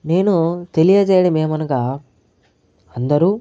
నేను తెలియచేయడం ఏమనగా అందరు